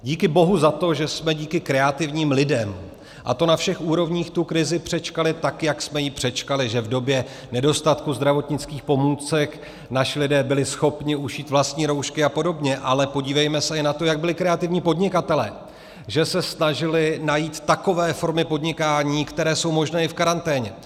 Díky bohu za to, že jsme díky kreativním lidem, a to na všech úrovních, tu krizi přečkali tak, jak jsme ji přečkali, že v době nedostatku zdravotnických pomůcek naši lidé byli schopni ušít vlastní roušky a podobně, ale podívejme se i na to, jak byli kreativní podnikatelé, že se snažili najít takové formy podnikání, které jsou možné i v karanténě.